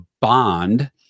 bond